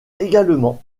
également